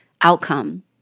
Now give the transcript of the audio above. outcome